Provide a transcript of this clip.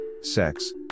sex